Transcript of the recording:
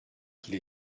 qui